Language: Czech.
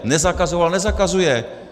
Nezakazoval, nezakazuje.